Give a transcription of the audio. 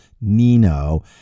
Nino